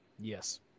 Yes